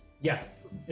Yes